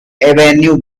avenue